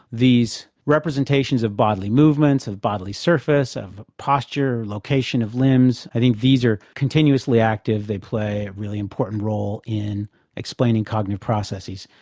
these representations of bodily movements, of bodily surface, of posture, location of limbs, i think these are continuously active, they play a really important role in explaining cognitive processes.